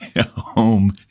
home